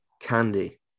candy